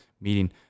meeting